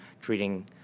treating